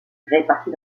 répartis